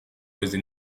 desde